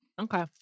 Okay